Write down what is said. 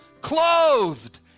clothed